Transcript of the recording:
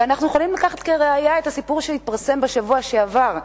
ואנחנו יכולים לקחת כראיה את הסיפור שהתפרסם בשבוע שעבר,